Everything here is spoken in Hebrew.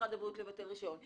למשרד הבריאות לבטל רישיון?